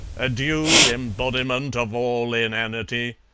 adieu, embodiment of all inanity!